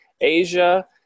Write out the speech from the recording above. Asia